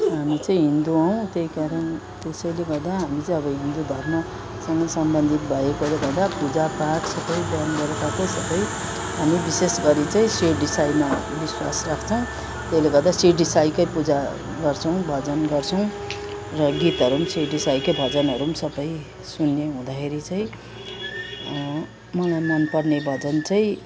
हामी चाहिँ हिन्दू हौँ त्यही कारण त्यसैले गर्दा हामी चाहिँ अब हिन्दू धर्मसँग सम्बन्धित भएकोले गर्दा पुजा पाठ सबै बिहान बेलुकाकै सबै विशेष गरी चाहिँ सिर्डी साईमा विश्वास राख्छौँ त्यसले गर्दा सिर्डी साईकै पुजा गर्छोँ भजन गर्छौँ र गीतहरू पनि सिर्डी साईकै भजनहरू पनि सबै सुन्ने हुँदाखेरि चाहिँ मलाई मन पर्ने भजन चाहिँ